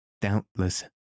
Doubtless